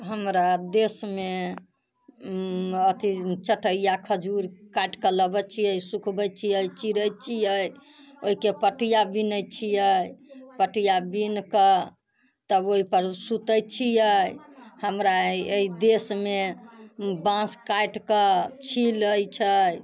हमरा देशमे अथी चटैया खजूर काटिकऽ लबै छियै सुखबै छियै चिरै छियै ओइके पटिआ बिनै छियै पटिआ बिनकऽ तब ओइपर सुतै छियै हमरा अइ देशमे बाँस काटिकऽ छिलै छै